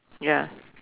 ya